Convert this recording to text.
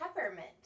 peppermint